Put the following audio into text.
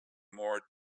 more